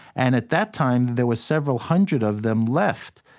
and at that time, there were several hundred of them left.